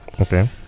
Okay